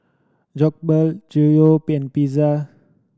Jokbal Gyudon Pizza